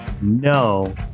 No